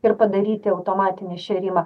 ir padaryti automatinį šėrimą